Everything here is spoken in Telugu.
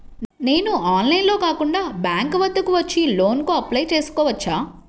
నేను ఆన్లైన్లో కాకుండా బ్యాంక్ వద్దకు వచ్చి లోన్ కు అప్లై చేసుకోవచ్చా?